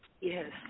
Yes